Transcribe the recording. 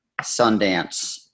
Sundance